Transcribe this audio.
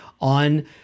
on